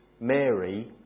Mary